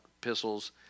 epistles